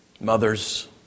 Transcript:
mothers